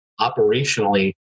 operationally